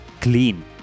clean